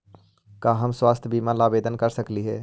का हम स्वास्थ्य बीमा ला आवेदन कर सकली हे?